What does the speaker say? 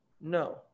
No